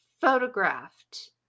photographed